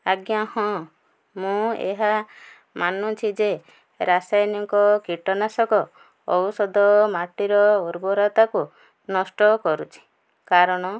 ଆଜ୍ଞା ହଁ ମୁଁ ଏହା ମାନୁଛି ଯେ ରାସାୟନିକ କୀଟନାଶକ ଔଷଧ ମାଟିର ଉର୍ବରତାକୁ ନଷ୍ଟ କରୁଛି କାରଣ